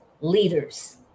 leaders